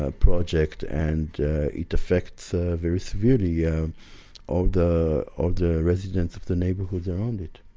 ah project and it affects ah very severely yeah all the ah the residents of the neighborhoods around it.